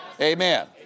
Amen